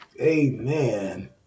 Amen